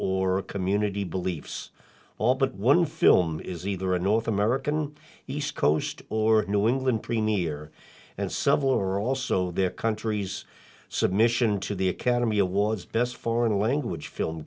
or community beliefs all but one film is either a north american east coast or new england premier and several are also their country's submission to the academy awards best foreign language film